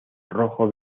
rojo